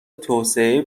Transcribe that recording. توسعه